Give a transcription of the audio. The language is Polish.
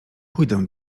pójdę